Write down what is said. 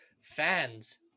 fans